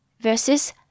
versus